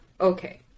okay